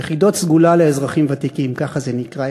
יחידות סגולה לאזרחים ותיקים, ככה זה נקרא.